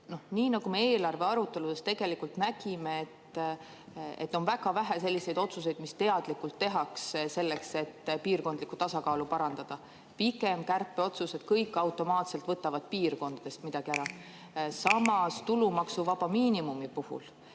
Nii nagu me eelarvearuteludes nägime, on väga vähe selliseid otsuseid, mis teadlikult tehakse selleks, et piirkondlikku tasakaalu parandada. Pikem kärpeotsused kõik automaatselt võtavad piirkondadest midagi ära. Samas, tulumaksuvaba miinimumi puhul